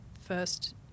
first